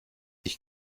ich